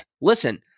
listen